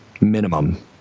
minimum